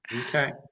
Okay